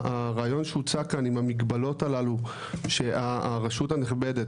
הרעיון שהוצע כאן עם המגבלות הללו שהרשות הנכבדת,